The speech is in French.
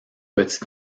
petit